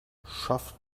schafft